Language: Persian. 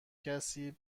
کسی